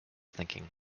thinking